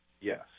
Yes